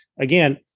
again